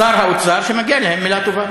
ושר האוצר, שמגיעה להם מילה טובה.